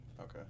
okay